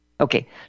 Okay